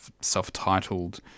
self-titled